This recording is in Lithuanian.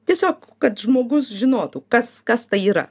tiesiog kad žmogus žinotų kas kas tai yra